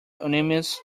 ominous